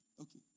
Okay